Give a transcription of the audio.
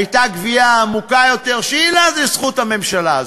הייתה גבייה עמוקה יותר, שאינה לזכות הממשלה הזאת,